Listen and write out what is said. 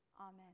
Amen